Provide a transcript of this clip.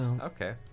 okay